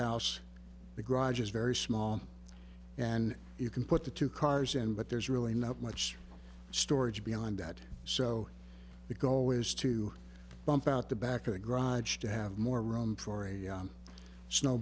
house the garage is very small and you can put the two cars and but there's really not much storage beyond that so the goal is to bump out the back a grudge to have more room for a snow